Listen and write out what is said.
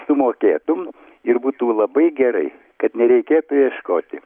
sumokėtum ir būtų labai gerai kad nereikėtų ieškoti